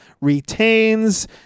retains